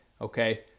okay